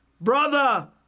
Brother